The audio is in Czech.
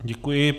Děkuji.